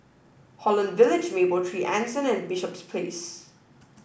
Holland Village Mapletree Anson and Bishops Place